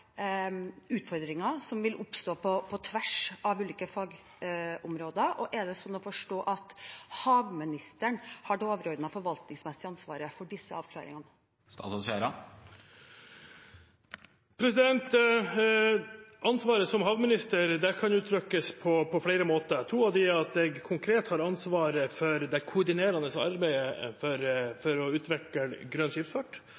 utfordringer som vil oppstå på tvers av ulike fagområder? Og er det sånn å forstå at havministeren har det overordnede forvaltningsmessige ansvaret for disse avklaringene? Ansvaret som havminister kan uttrykkes på flere måter. To av dem er for det første at jeg konkret har ansvaret for det koordinerende arbeidet for